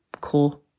cool